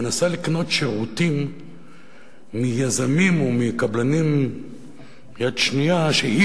מנסה לקנות מיזמים ומקבלנים יד שנייה שירותים שהיא